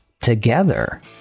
together